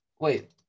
Wait